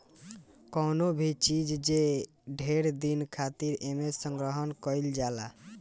कवनो भी चीज जे ढेर दिन खातिर एमे संग्रहण कइल जाला